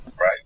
right